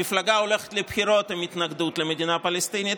מפלגה הולכת לבחירות עם התנגדות למדינה פלסטינית,